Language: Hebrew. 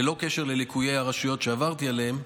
ללא קשר לליקויי הרשויות שעברתי עליהם: